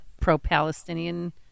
pro-Palestinian